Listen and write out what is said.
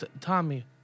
Tommy